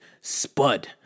Spud